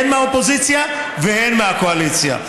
הן מהאופוזיציה והן מהקואליציה.